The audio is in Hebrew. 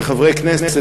כחברי כנסת,